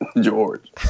george